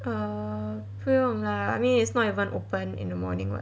err 不用 lah it's not even open in the morning [what]